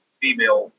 female